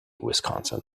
wisconsin